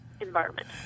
environment